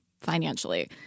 financially